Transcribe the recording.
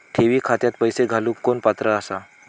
ठेवी खात्यात पैसे घालूक कोण पात्र आसा?